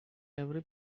every